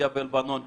אזרחי מדינת ישראל?